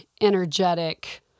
energetic